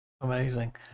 amazing